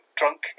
drunk